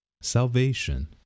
Salvation